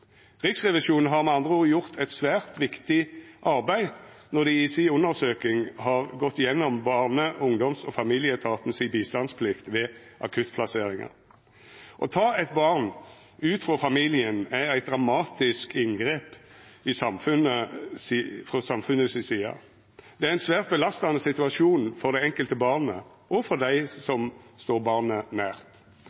Riksrevisjonen har med andre ord gjort eit svært viktig arbeid når dei i si undersøking har gått gjennom Barne-, ungdoms- og familieetatens bistandsplikt ved akuttplasseringar. Å ta eit barn ut frå familien er eit dramatisk inngrep frå samfunnet si side. Det er ein svært belastande situasjon for det enkelte barnet og for dei